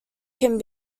can